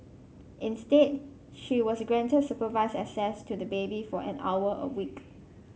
instead she was granted supervised access to the baby for an hour a week